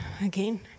again